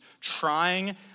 trying